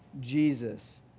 Jesus